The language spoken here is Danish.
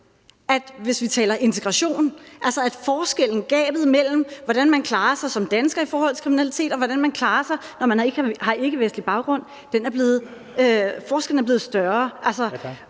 hvis vi taler integration, at forskellen, gabet mellem, hvordan man klarer sig som dansker i forhold til kriminalitet, og hvordan man klarer sig, når man har ikkevestlig baggrund, er blevet større.